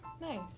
Nice